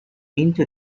into